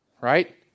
right